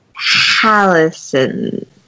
Hallison